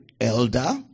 elder